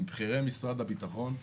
עם בכירי משרד הביטחון,